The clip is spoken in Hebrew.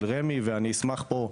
של רמ"י - ואני אשמח פה,